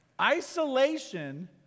isolation